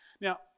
Now